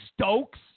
Stokes